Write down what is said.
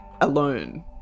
alone